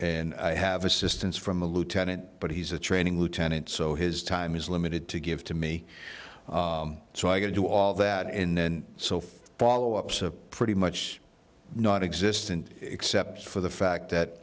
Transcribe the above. and i have assistance from a lieutenant but he's a training lieutenant so his time is limited to give to me so i get to do all that and then so for follow ups of pretty much nonexistent except for the fact that